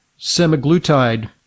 semaglutide